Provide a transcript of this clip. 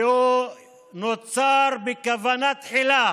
והוא נוצר בכוונה תחילה